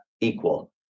equal